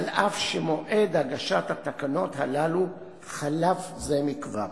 אף שמועד הגשת התקנות הללו חלף זה מכבר.